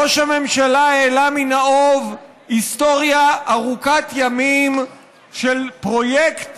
ראש הממשלה העלה באוב היסטוריה ארוכת ימים של פרויקט